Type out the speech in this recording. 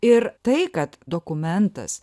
ir tai kad dokumentas